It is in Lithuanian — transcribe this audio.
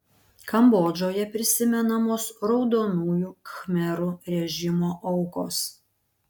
kambodžoje prisimenamos raudonųjų khmerų režimo aukos